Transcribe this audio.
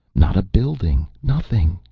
not a building. nothing,